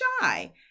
shy